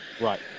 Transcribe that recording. Right